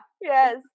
Yes